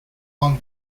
one